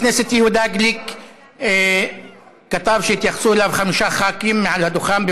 חבר הכנסת יהודה גליק כתב שהתייחסו אליו חמישה ח"כים מעל הדוכן,